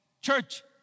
Church